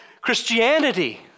Christianity